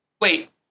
Wait